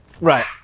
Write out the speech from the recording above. Right